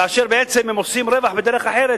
כאשר בעצם הם עושים רווח בדרך אחרת,